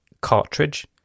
cartridge